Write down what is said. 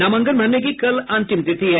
नामांकन भरने की कल अंतिम तिथि है